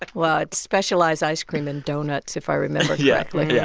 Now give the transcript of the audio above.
but well, specialized ice cream and doughnuts, if i remember correctly yeah